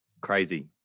Crazy